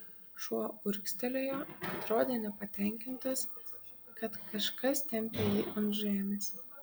šuo urgztelėjo atrodė nepatenkintas kad kažkas tempia jį ant žemės